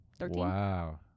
Wow